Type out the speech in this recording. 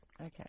Okay